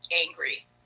angry